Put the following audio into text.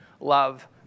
love